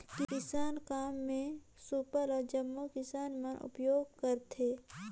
किसानी काम मे सूपा ल जम्मो किसान मन उपियोग करथे